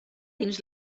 dins